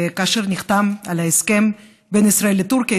כאשר נחתם ההסכם בין ישראל לטורקיה,